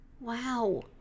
Wow